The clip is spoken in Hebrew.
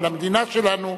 למדינה שלנו,